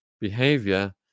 behavior